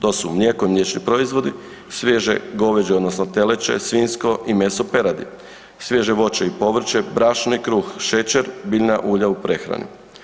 To su mlijeko i mliječni proizvodi, svježe goveđe odnosno teleće, svinjsko i meso peradi, svježe voće i povrće, brašno i kruh, šećer, biljna ulja u prehrani.